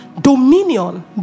Dominion